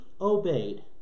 obeyed